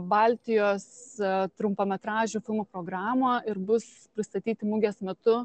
baltijos trumpametražių filmų programą ir bus pristatyti mugės metu